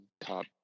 top